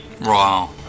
Wow